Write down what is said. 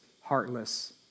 heartless